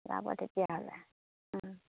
যাব তেতিয়াহ'লে